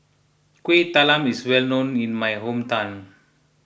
Kuih Talam is well known in my hometown